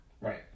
Right